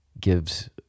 gives